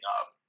up